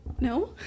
no